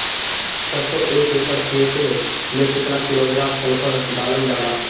सरसों क एक एकड़ खेते में केतना किलोग्राम सल्फर डालल जाला?